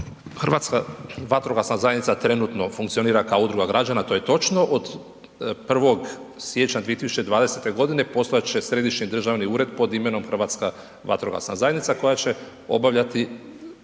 Hrvatska vatrogasna zajednica trenutno funkcionira kao udruga građana, to je točno, od 1. siječnja 2020. godine postati će Središnji državni ured pod imenom Hrvatska vatrogasna zajednica koje će obavljati